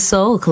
Soul